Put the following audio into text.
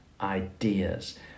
ideas